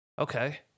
Okay